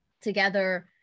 together